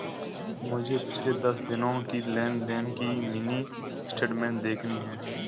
मुझे पिछले दस दिनों की लेन देन की मिनी स्टेटमेंट देखनी है